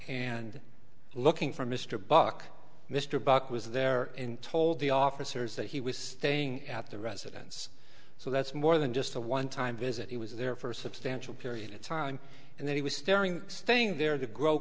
and looking for mr buck mr buck was there in told the officers that he was staying at the residence so that's more than just a one time visit he was there for a substantial period of time and then he was staring staying there to grow